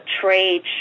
trade